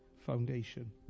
foundation